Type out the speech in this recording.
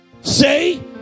say